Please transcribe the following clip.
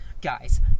guys